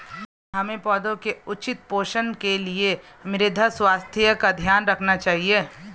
हमें पौधों के उचित पोषण के लिए मृदा स्वास्थ्य का ध्यान रखना चाहिए